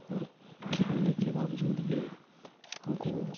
और खेलने के बावजूद भी हमको